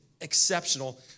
exceptional